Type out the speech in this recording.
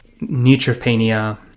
neutropenia